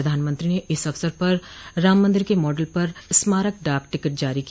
प्रधानमंत्री ने इस अवसर पर राम मन्दिर के मॉडल पर स्मारक डाक टिकट जारी किया